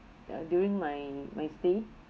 ya during my my stay